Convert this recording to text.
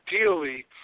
Ideally